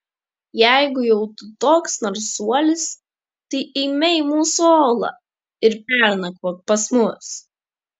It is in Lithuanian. jeigu jau tu toks narsuolis tai eime į mūsų olą ir pernakvok pas mus